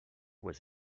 was